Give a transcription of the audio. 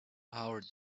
our